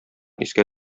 искә